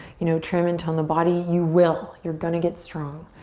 you know, trim and tone the body, you will you're gonna get strong.